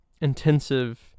intensive